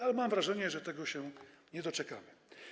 Ale mam wrażenie, że tego się nie doczekamy.